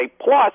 Plus